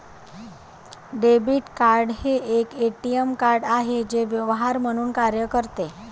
debit card हे एक ATM card आहे जे व्यवहार म्हणून कार्य करते